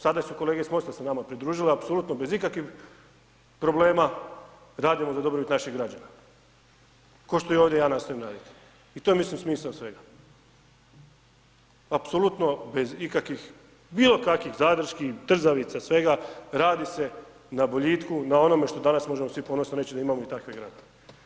Sada su kolege iz MOST-a se nama pridružile, apsolutno bez ikakvih problema radimo za dobrobit naših građana, košto i ovdje ja nastojim radit i to je mislim smisao svega, apsolutno bez ikakvih, bilo kakvih zadrški, trzavica, svega, radi se na boljitku, na onome što danas možemo svi ponosno reći da imamo i takve gradove.